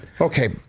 Okay